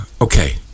Okay